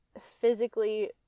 physically